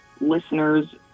listeners